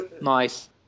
Nice